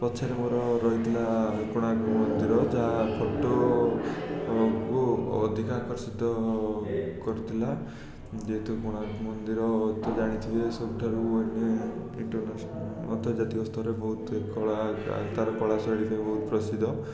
ପଛରେ ମୋର ରହିଥିଲା କୋଣାର୍କ ମନ୍ଦିର ଯାହା ଫଟୋକୁ ଅଧିକ ଆକର୍ଷିତ କରିଥିଲା ଯେହେତୁ କୋଣାର୍କ ମନ୍ଦିର ତ ଜାଣିଥିବେ ସବୁଠାରୁ ମାନେ ଇଣ୍ଟରନେସନାଲ୍ ମଧ୍ୟ ଜାତୀୟ ସ୍ତରରେ ବହୁତ କଳା ତାର କଳାଶୈଳୀ ପାଇଁ ବହୁତ ପ୍ରସିଦ୍ଧ